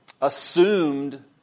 assumed